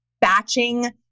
batching